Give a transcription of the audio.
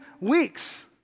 weeks